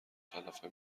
کلافه